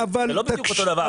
זה לא בדיוק אותו דבר.